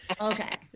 Okay